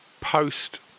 post